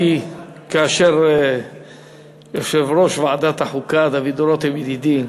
כאשר יושב-ראש ועדת החוקה דוד רותם, ידידי,